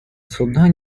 суда